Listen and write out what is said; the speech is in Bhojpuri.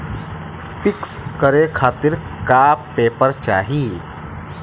पिक्कस करे खातिर का का पेपर चाही?